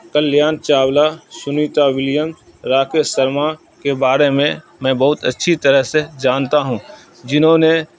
کلیان Chawla Sunita William Rakesh Sharma کے بارے میں میں بہت اچھی طرح سے جانتا ہوں جنہوں نے